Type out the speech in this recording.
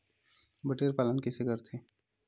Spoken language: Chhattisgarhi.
बटेर पालन कइसे करथे?